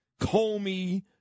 Comey